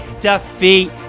defeat